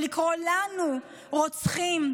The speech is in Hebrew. ולקרוא לנו "רוצחים",